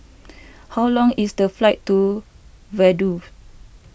how long is the flight to Vaduz